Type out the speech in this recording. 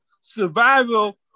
survival